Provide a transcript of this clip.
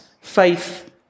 faith